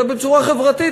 אלא בצורה חברתית,